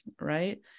right